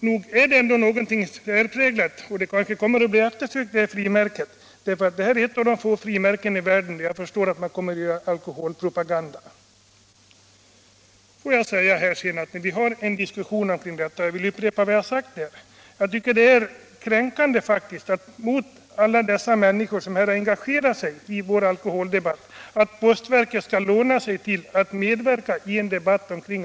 Frimärket är dock särpräglat och kommer kanske att bli eftersökt, eftersom det, såvitt jag förstår, är ett av de få frimärken i världen som kommer att bedriva alkoholpropaganda. Jag tycker faktiskt att det är kränkande för alla de människor som engagerat sig i vår alkoholdebatt, att postverket lånar sig till alkoholpropaganda.